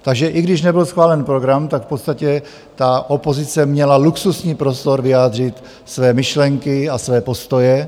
Takže i když nebyl schválen program, tak v podstatě ta opozice měla luxusní prostor vyjádřit své myšlenky a své postoje.